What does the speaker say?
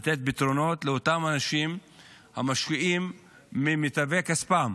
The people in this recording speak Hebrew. לתת פתרונות לאותם אנשים שמשקיעים ממיטב כספם.